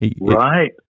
Right